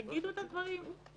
תגידו את הדברים.